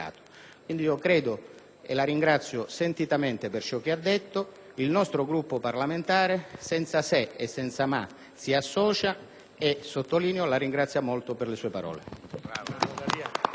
Presidente, la ringrazio sentitamente per ciò che ha detto. Il nostro Gruppo parlamentare, senza se e senza ma, si associa e - sottolineo ancora - la ringrazia molto per le sue parole.